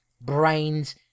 brains